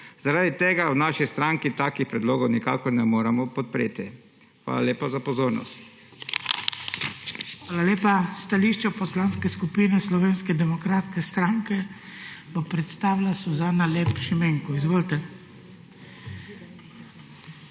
Zaradi tega v naši stranki takih predlogov nikakor ne moremo podpreti. Hvala lepa za pozornost. PODPREDSEDNIK BRANKO SIMONOVIČ: Hvala lepa. Stališče Poslanske skupine Slovenske demokratske stranke bo predstavila Suzana Lep Šimenko. Izvolite.